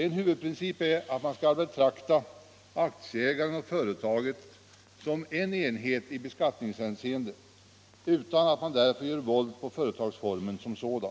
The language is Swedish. En huvudprincip är att man skall betrakta aktieägaren och företaget som en enhet i beskattningshänseende utan att man därför gör våld på företagsformen som sådan.